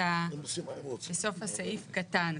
בסוף הסעיף קטן,